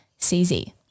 CZ